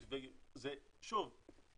שוב,